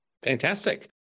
Fantastic